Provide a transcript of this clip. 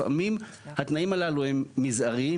לפעמים התנאים הללו הם מזעריים,